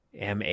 MA